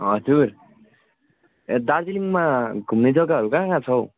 हजुर ए दार्जिलिङमा घुम्ने जग्गाहरू कहाँ कहाँ छ हौ